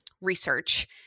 research